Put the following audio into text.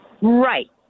Right